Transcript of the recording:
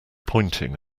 pointing